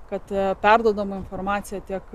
kad perduodame informaciją tiek